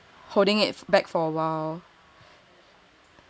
holding it back for awhile